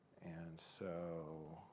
and so